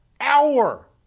hour